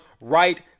right